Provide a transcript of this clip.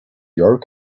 your